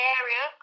area